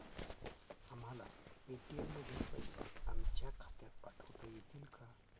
आम्हाला पेटीएम मधील पैसे आमच्या खात्यात पाठवता येतील का?